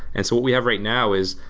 and so what we have right now is,